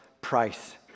price